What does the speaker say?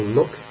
look